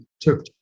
took